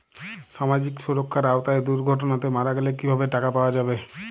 সামাজিক সুরক্ষার আওতায় দুর্ঘটনাতে মারা গেলে কিভাবে টাকা পাওয়া যাবে?